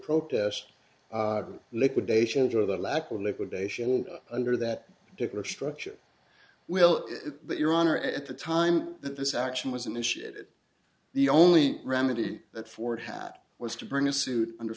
protest liquidations or the lack of liquidation under that particular structure will that your honor at the time that this action was initiated the only remedy that ford had was to bring a suit under